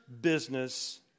business